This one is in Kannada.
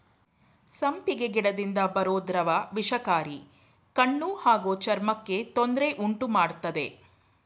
ಸಂಪಿಗೆ ಗಿಡದಿಂದ ಬರೋ ದ್ರವ ವಿಷಕಾರಿ ಕಣ್ಣು ಹಾಗೂ ಚರ್ಮಕ್ಕೆ ತೊಂದ್ರೆ ಉಂಟುಮಾಡ್ತದೆ